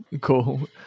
cool